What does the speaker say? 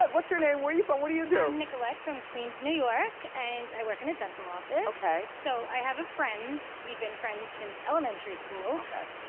but what's your name, where you from, what do you do? i'm nicolette from queens, new york and i work in a dental office. okay. so i have a friend, we've been friends since elementary school. okay.